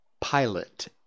pilot